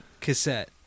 cassette